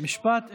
משפט אחד.